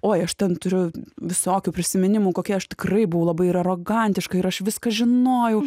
oi aš ten turiu visokių prisiminimų kokia aš tikrai buvau labai ir arogantiška ir aš viską žinojau